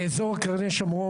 אזור קרני שומרון,